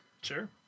Sure